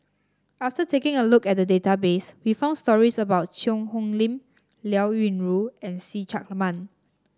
after taking a look at database we found stories about Cheang Hong Lim Liao Yingru and See Chak Mun